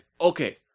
Okay